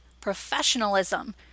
professionalism